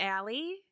Allie